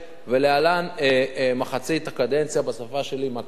להלן מחצית הקדנציה בתקופה שלי מה קרה עד עכשיו.